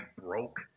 broke